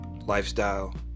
lifestyle